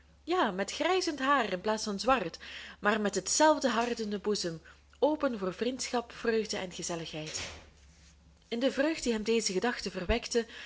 ja met grijzend haar in plaats van zwart maar met hetzelfde hart in den boezem open voor vriendschap vreugde en gezelligheid in de vreugd die hem deze gedachte verwekte